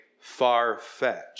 far-fetched